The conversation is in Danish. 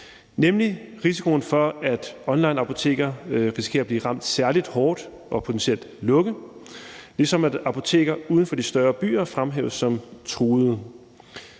nemlig risikoen for, at onlineapoteker bliver ramt særlig hårdt og potentielt må lukke, ligesom apoteker uden for de større byer fremhæves som truede.